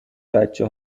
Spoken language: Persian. بچه